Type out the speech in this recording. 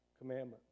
commandment